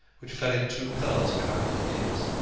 which fell in two curls behind her ears.